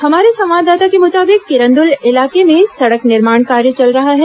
हमारे संवाददाता के मुताबिक किरंदुल इलाके में सड़क निर्माण कार्य चल रहा है